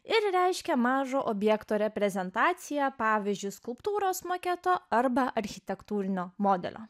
ir reiškia mažo objekto reprezentaciją pavyzdžiui skulptūros maketo arba architektūrinio modelio